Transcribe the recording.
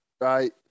Right